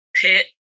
pit